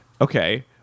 Okay